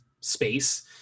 space